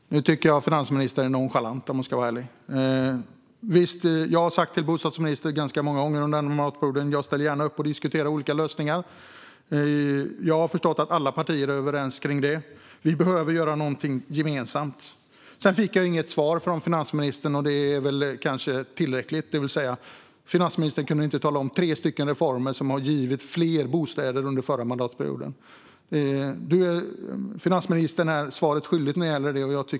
Fru talman! Nu tycker jag att finansministern är nonchalant, om jag ska vara ärlig. Jag har sagt till bostadsministern många gånger under mandatperioden att jag ställer gärna upp och diskuterar olika lösningar. Jag har förstått att alla partier är överens, och vi behöver göra något gemensamt. Jag fick inget svar från finansministern, och det är väl tillräckligt. Finansministern kunde inte berätta om tre reformer som har resulterat i fler bostäder under förra mandatperioden. Finansministern är svaret skyldig.